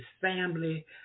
family